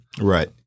right